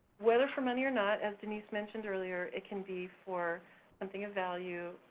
whether for money or not, as denise mentioned earlier, it can be for something of value,